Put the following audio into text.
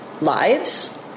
lives